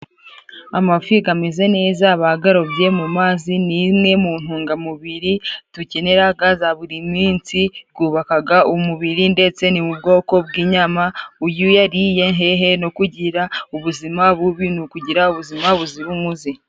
Amafi gameze neza bagarobye mu mazi, ni imwe mu ntungamubiri dukenera ga buri minsi, gubakaga umubiri ndetse n'ubwoko bw'inyama iyuyariye hehe no kugira ubuzima bubi, ni ukugira ubuzima buzira umuze.